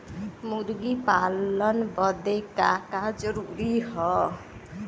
मुर्गी पालन बदे का का जरूरी ह?